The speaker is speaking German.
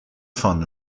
von